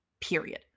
period